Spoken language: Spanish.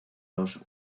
los